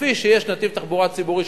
כפי שיש נתיב תחבורה ציבורית,